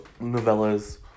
novellas